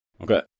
Okay